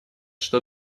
что